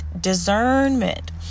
discernment